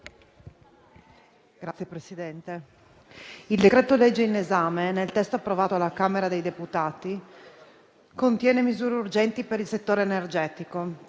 Signor Presidente, il decreto-legge in esame, nel testo approvato alla Camera dei deputati, contiene misure urgenti per il settore energetico.